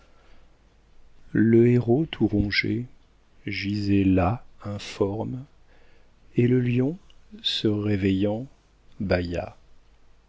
le héros tout rongé gisait là informe et le lion se réveillant